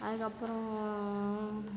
அதற்கப்பறம்